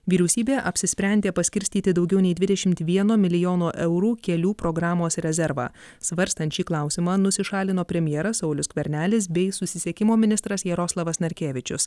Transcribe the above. vyriausybė apsisprendė paskirstyti daugiau nei dvidešimt vieno milijono eurų kelių programos rezervą svarstant šį klausimą nusišalino premjeras saulius skvernelis bei susisiekimo ministras jaroslavas narkevičius